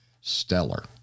stellar